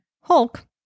Hulk